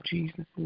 Jesus